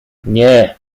nie